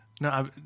No